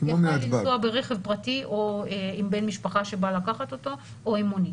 יכול היה לנסוע ברכב פרטי עם בן משפחה שבא לקחת אותו או עם מונית.